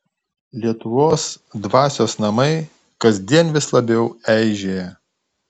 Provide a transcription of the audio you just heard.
lietuvos dvasios namai kasdien vis labiau eižėja